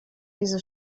diese